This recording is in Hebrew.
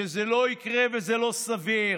שזה לא יקרה וזה לא סביר.